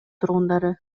тургундары